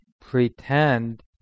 pretend